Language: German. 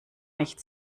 nicht